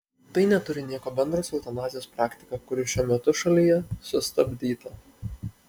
tai neturi nieko bendro su eutanazijos praktika kuri šiuo metu šalyje sustabdyta